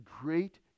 great